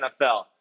NFL